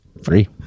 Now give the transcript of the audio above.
free